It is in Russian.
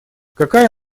какая